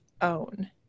own